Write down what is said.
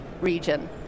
region